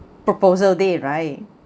proposal day right